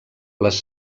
les